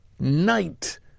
Night